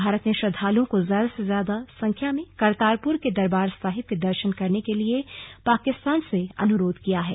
भारत ने श्रद्दालुओं को ज्यादा से ज्यादा संख्या में करतारपुर के दरबार साहिब के दर्शन करने के लिए पाकिस्तान से अनुरोध किया है